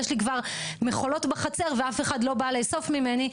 'יש לי כבר מכולות בחצר ואף אחד לא בא לאסוף ממני',